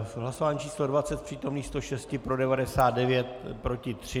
V hlasování číslo 20 z přítomných 106 pro 99, proti 3.